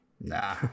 Nah